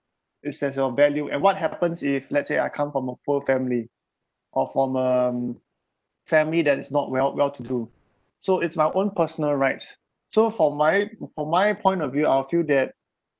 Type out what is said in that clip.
it has of value and what happens if let's say I come from a poor family or from um family that is not well well to do so it's my own personal rights so for my for my point of view I'll feel that